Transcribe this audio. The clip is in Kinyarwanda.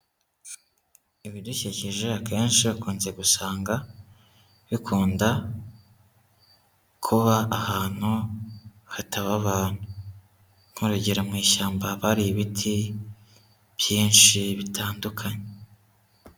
Ibidukikije akenshi ukunze gusanga bikunda kuba ahantu hataba abantu, mk'urogera mu ishyamba haba hari ibiti byinshi bitandukanye.